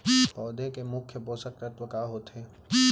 पौधे के मुख्य पोसक तत्व का होथे?